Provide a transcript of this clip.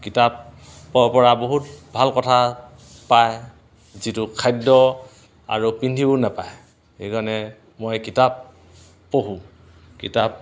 কিতাপৰ পৰা বহুত ভাল কথা পায় যিটো খাদ্য আৰু পিন্ধিও নেপায় সেইকাৰণে মই কিতাপ পঢ়োঁ কিতাপ